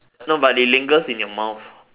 no but they lingers in your moth